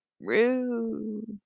rude